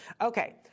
Okay